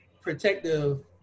protective